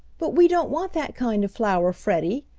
but we don't want that kind of flour, freddie.